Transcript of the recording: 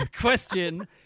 Question